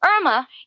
Irma